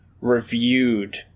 reviewed